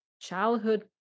childhood